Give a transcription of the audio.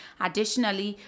Additionally